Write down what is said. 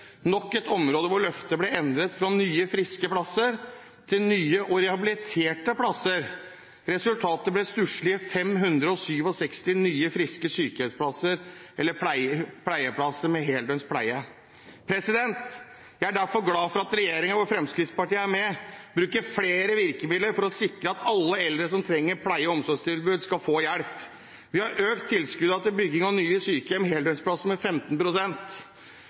nok et område hvor løftet ble endret fra nye, friske plasser til nye og rehabiliterte plasser. Resultatet ble stusslige 567 nye, friske sykehjemsplasser eller plasser med heldøgnspleie. Jeg er derfor glad for at regjeringen, hvor Fremskrittspartiet er med, bruker flere virkemidler for å sikre at alle eldre som trenger pleie- og omsorgstilbud, skal få hjelp. Vi har økt tilskuddene til bygging av nye sykehjems-/heldøgnsplasser med